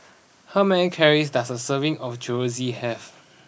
how many calories does a serving of Chorizo have